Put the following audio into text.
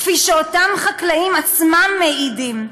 כפי שאותם חקלאים עצמם מעידים,